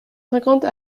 cinquante